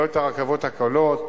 לא את הרכבות הקלות,